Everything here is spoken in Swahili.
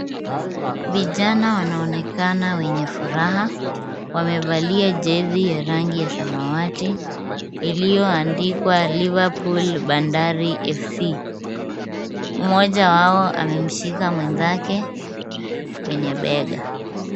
Vijana wanaonekana wenye furaha. Wamevalia jezi ya rangi ya samawati, iliyoandikwa Liverpool Bandari FC. Mmoja wao amemshika mwenzake kwenye bega.